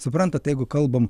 suprantat jeigu kalbam